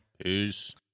Peace